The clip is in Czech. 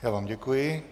Já vám děkuji.